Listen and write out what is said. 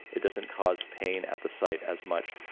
it doesn't cause pain at the site as much,